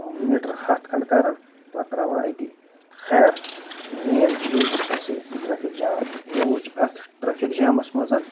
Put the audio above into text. metre ہَتھ کھٔنٛڈ کَران پَتہٕ ترٛاوان أتی خیر مین چیٖز چھُ اَسہِ ٹرٛیفِک جام مےٚ وُچھ اَتھ ٹرٛیفِک جامَس منٛز